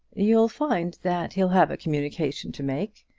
you'll find that he'll have a communication to make.